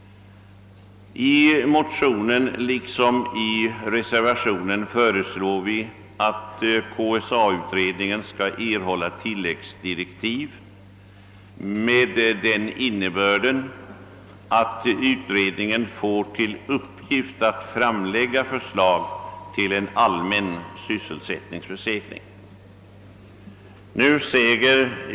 I motionerna liksom i reservationen föreslår vi att KSA-utredningen skall erhålla tilläggsdirektiv av den innebörden, att utredningen skall framlägga för slag till en allmän sysselsättningsförsäkring.